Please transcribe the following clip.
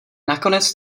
nakonec